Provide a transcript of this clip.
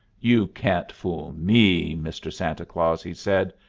you can't fool me, mr. santa claus, he said.